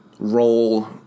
role